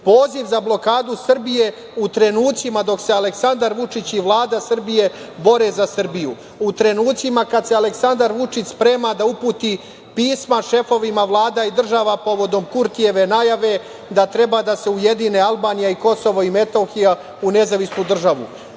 Poziv za blokadu Srbije u trenucima dok se Aleksandar Vučić i Vlada Srbije bore za Srbiju, u trenucima kada se Aleksandar Vučić sprema da uputi pisma šefovima vlada i država povodom Kurtijeve najave da treba da se ujedine Albanija i Kosovo i Metohija u nezavisnu državu,